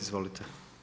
Izvolite.